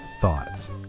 thoughts